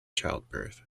childbirth